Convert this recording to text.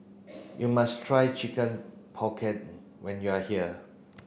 you must try chicken pocket when you are here